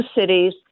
cities